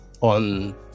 on